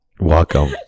Welcome